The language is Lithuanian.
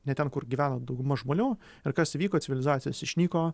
ne ten kur gyvena dauguma žmonių ir kas vyko civilizacijos išnyko